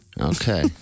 Okay